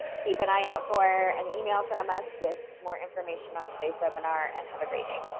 keep an eye out for an email from us with more information on today's webinar and have a great day!